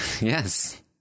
yes